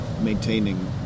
maintaining